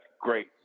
great